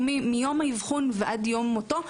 מיום האבחון של אדם ועד יום מותו,